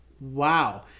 Wow